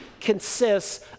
consists